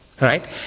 right